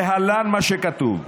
להלן מה שכתוב: